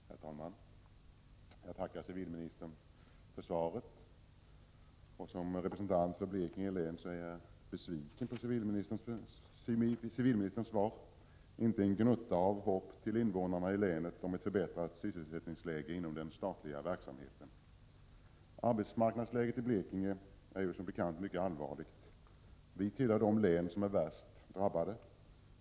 Herr talman! Jag tackar civilministern för svaret. Som representant för Blekinge län är jag besviken på civilministerns svar. Det innehöll inte något som kan ge invånarna i länet en gnutta hopp om ett förbättrat sysselsättningsläge inom den statliga verksamheten. Arbetsmarknadsläget i Blekinge är som bekant mycket allvarligt. Vi tillhör de län som är värst drabbade.